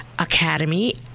Academy